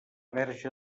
verge